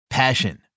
Passion